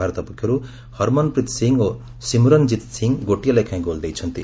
ଭାରତ ପକ୍ଷରୁ ହରମ୍ନ୍ପ୍ରୀତ୍ ସିଂ ଓ ସିମ୍ରନ୍କିତ୍ ସିଂ ଗୋଟିଏ ଲେଖାଏଁ ଗୋଲ୍ ଦେଇଛନ୍ତି